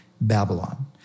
Babylon